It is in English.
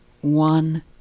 one